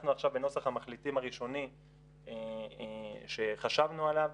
אנחנו עכשיו בנוסח המחליטים הראשוני שחשבנו עליו.